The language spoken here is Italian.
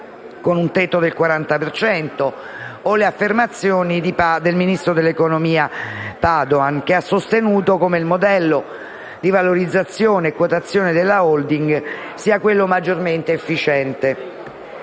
con un tetto del 40 per cento, o le affermazioni del ministro dell'economia e delle finanze Padoan, che ha sostenuto come il modello di valorizzazione e quotazione della *holding* sia quello maggiormente efficiente...